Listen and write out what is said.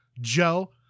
Joe